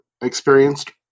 experienced